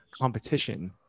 competition